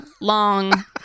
long